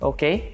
Okay